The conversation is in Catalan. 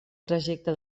trajecte